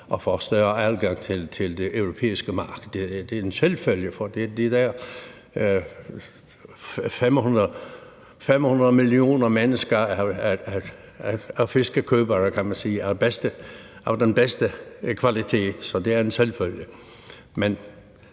at få større adgang til de europæiske markeder. Det er en selvfølge, for de der 500 millioner mennesker er fiskekøbere, kan man sige, af den bedste kvalitet fisk. Så det er en selvfølge.